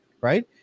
right